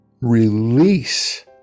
release